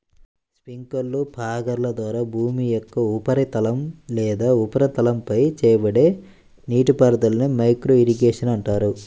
స్ప్రింక్లర్లు, ఫాగర్ల ద్వారా భూమి యొక్క ఉపరితలం లేదా ఉపరితలంపై చేయబడే నీటిపారుదలనే మైక్రో ఇరిగేషన్ అంటారు